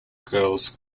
girls